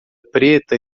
preta